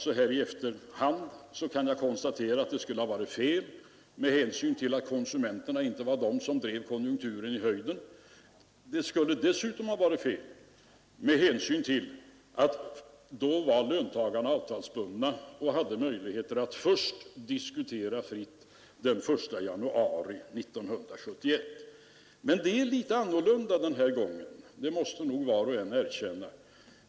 Så här i efterhand kan jag konstatera att det skulle ha varit fel att då höja momsen, med hänsyn till att konsumenterna inte var de som drev konjunkturen i höjden. Det skulle dessutom ha varit fel med hänsyn till att då var löntagarna avtalsbundna och saknade möjligheter att diskutera fritt före den 1 januari 1971. Men det är litet annorlunda den här gången, det måste nog var och en erkänna.